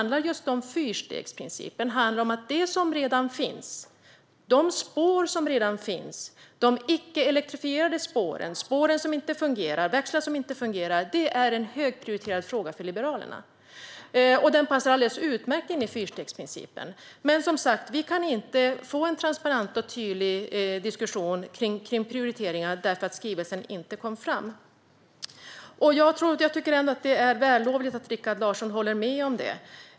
Det som redan finns - de spår som redan finns, de icke-elektrifierade spåren, spåren som inte fungerar, växlar som inte fungerar - är en högprioriterad fråga för Liberalerna, och den passar alldeles utmärkt in i fyrstegsprincipen. Men som sagt kan vi inte få en transparent och tydlig diskussion om prioriteringar, eftersom skrivelsen inte kom fram. Jag tycker att det är vällovligt att Rikard Larsson håller med om det.